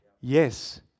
yes